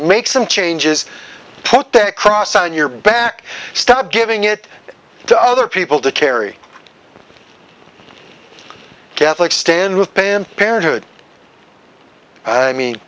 make some changes put that cross on your back stop giving it to other people to carry catholics stand with pam parenthood i mean